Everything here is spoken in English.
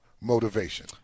motivation